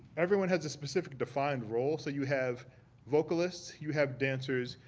everyone has a specific defined role. so you have vocalists, you have dancers,